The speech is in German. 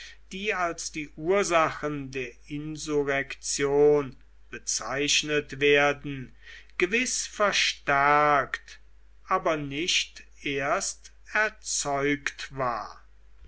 die als die ursachen der insurrektion bezeichnet werden gewiß verstärkt aber nicht erst erzeugt war